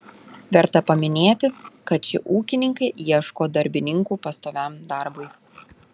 verta paminėti kad ši ūkininkė ieško darbininkų pastoviam darbui